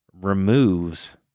removes